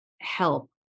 help